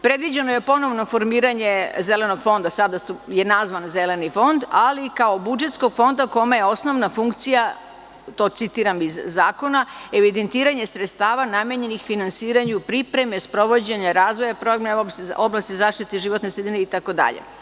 Predviđeno je ponovno formiranje zelenog fonda, sada je nazvan zeleni fond, ali kao i budžetskog fonda kome je osnovna funkcija, citiram iz zakona, evidentiranje sredstava namenjenih finansiranju, pripreme, sprovođenja, razvoja oblasti zaštite životne sredine, itd.